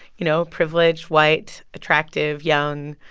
you know, privileged, white, attractive, young,